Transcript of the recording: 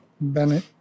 Bennett